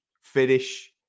finish